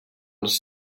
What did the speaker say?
els